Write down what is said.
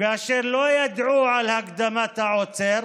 אשר לא ידעו על הקדמת העוצר,